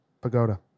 Pagoda